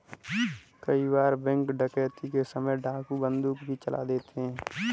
कई बार बैंक डकैती के समय डाकू बंदूक भी चला देते हैं